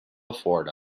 florida